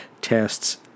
tests